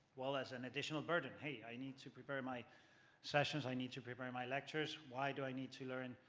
well, as an additional burden. hey, i need to prepare my sessions. i need to prepare my lectures, why do i need to learn,